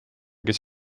kes